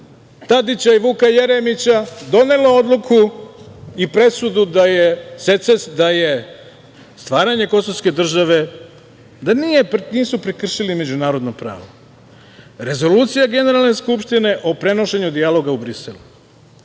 Tadića i Vuka Jeremića, donelo odluku i presudu da stvaranjem kosovske države nije prekršeno međunarodno pravo. Rezolucija Generalne skupštine o prenošenju dijaloga u Brisel.